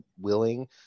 willing